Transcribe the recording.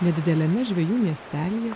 nedideliame žvejų miestelyje